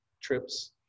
trips